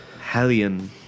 Hellion